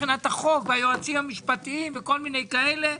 מבחינת החוק והיועצים המשפטיים וכל מיני כאלה.